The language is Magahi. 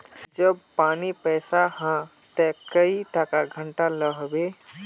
जब पानी पैसा हाँ ते कई टका घंटा लो होबे?